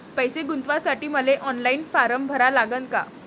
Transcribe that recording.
पैसे गुंतवासाठी मले ऑनलाईन फारम भरा लागन का?